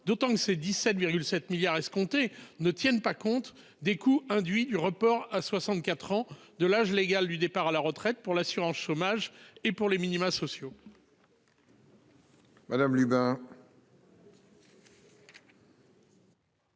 D'autant que ces 17,7 milliards escomptés ne tiennent pas compte des coûts induits du report à 64 ans de l'âge légal du départ à la retraite pour l'assurance chômage et pour les minima sociaux.